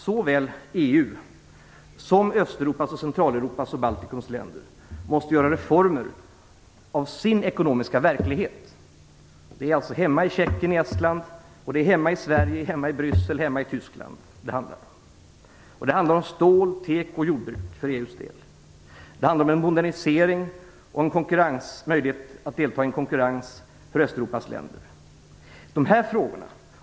Såväl EU som Östeuropas, Centraleuropas och Baltikums länder måste reformera sin ekonomiska verklighet. Det handlar om att reformera hemma i Tjeckien, i Estland, i Sverige, i Belgien och i Tyskland. Det handlar om stål och tekoindustrin och om jordbruket för EU:s del. Det handlar om en modernisering och om möjligheter för Östeuropas länder att konkurrera.